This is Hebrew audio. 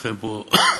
כולכם פה.